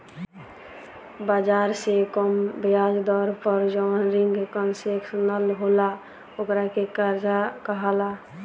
बाजार से कम ब्याज दर पर जवन रिंग कंसेशनल होला ओकरा के कर्जा कहाला